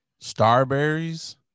Starberries